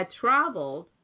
traveled